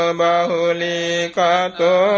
bahulikato